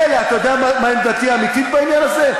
מילא, אתה יודע מה עמדתי האמיתית בעניין הזה?